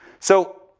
so,